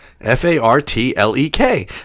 f-a-r-t-l-e-k